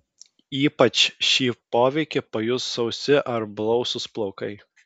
ypač šį poveikį pajus sausi ar blausūs plaukai